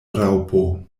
raŭpo